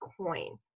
coin